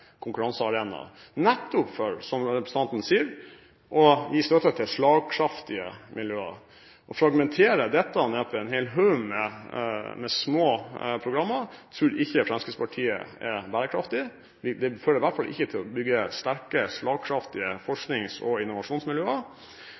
konkurransearenaer nettopp for, som representanten Tingelstad Wøien sier, å gi støtte til slagkraftige miljøer. Å fragmentere dette ned til en hel haug med små programmer tror ikke Fremskrittspartiet er bærekraftig. Det fører i hvert fall ikke til å bygge sterke, slagkraftige